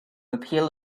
repeal